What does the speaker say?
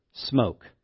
Smoke